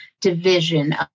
division